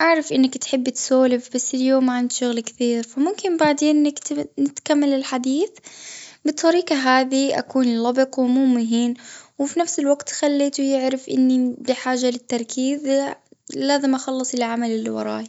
أعرف إنك تحبي تسولف بس اليوم عندي شغل كثير. وممكن بعدين نكتب نكمل الحديث. بالطريقة هذي اكون يلا بكون مو مهين خليته يعرف أن دي حاجة للتركيز لازم أخلص العمل اللي وراي.